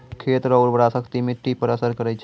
खेत रो उर्वराशक्ति मिट्टी पर असर करै छै